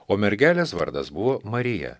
o mergelės vardas buvo marija